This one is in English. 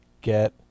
Get